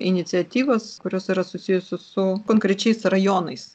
iniciatyvas kurios yra susijusi su konkrečiais rajonais